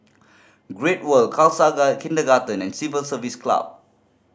Great World Khasaga Kindergarten and Civil Service Club